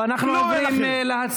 כלום אין לכם.